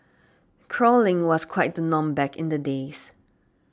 crawling was quite the norm back in the days